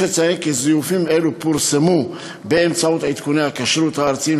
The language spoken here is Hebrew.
יש לציין כי זיופים אלה פורסמו באמצעות עדכוני הכשרות הארציים